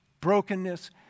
brokenness